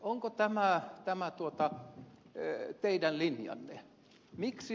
onko tämä teidän linjanne